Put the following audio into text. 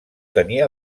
tenir